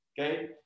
Okay